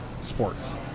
sports